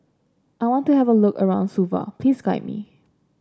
I want to have a look around Suva please guide me